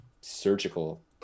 surgical